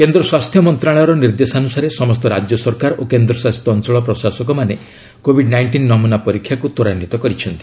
କେନ୍ଦ୍ର ସ୍ୱାସ୍ଥ୍ୟ ମନ୍ତ୍ରଣାଳୟର ନିର୍ଦ୍ଦେଶାନ୍ଦସାରେ ସମସ୍ତ ରାଜ୍ୟ ସରକାର ଓ କେନ୍ଦ୍ରଶାସିତ ଅଞ୍ଚଳ ପ୍ରଶାସକମାନେ କୋଭିଡ ନାଇଷ୍ଟିନ୍ ନମନା ପରୀକ୍ଷାକୁ ତ୍ୱରାନ୍ୱିତ କରିଛନ୍ତି